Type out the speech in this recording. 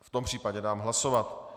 V tom případě dám hlasovat.